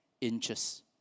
inches